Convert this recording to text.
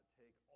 take